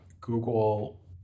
google